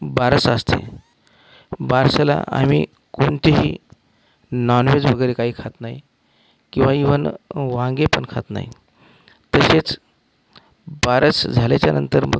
बारस असते बारशाला आम्ही कोणतेही नॉनव्हेज वगैरे काही खात नाही किंवा इव्हन वांगे पण खात नाही तसेच बारस झाल्याच्या नंतर मग